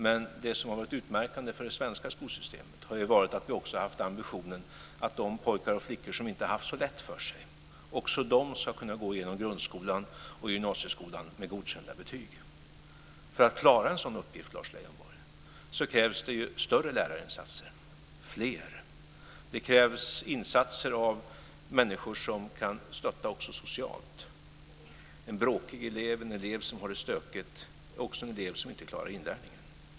Men det som har varit utmärkande för det svenska skolsystemet har varit att vi har haft ambitionen att också de pojkar och flickor som inte haft så lätt för sig ska kunna gå igenom grundskolan och gymnasieskolan med godkända betyg. För att klara en sådan uppgift, Lars Leijonborg, krävs det större och fler lärarinsatser. Det krävs insatser av människor som kan stötta också socialt. En bråkig elev och en elev som har det stökigt är också en elev som inte klarar inlärningen.